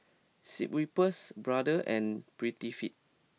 Schweppes Brother and Prettyfit